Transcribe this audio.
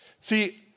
See